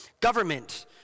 government